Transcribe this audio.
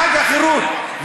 חג החירות,